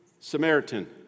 Samaritan